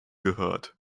gehört